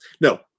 No